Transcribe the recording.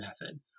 method